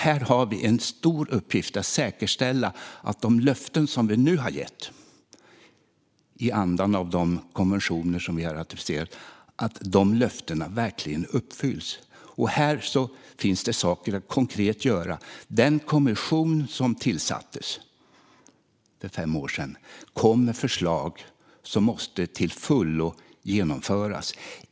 Här har vi en stor uppgift i att säkerställa att de löften som vi nu har gett i andan av de konventioner som vi har ratificerat verkligen uppfylls. Här finns det saker att konkret göra. Den kommission som tillsattes för fem år sedan kom med förslag som till fullo måste genomföras.